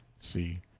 c.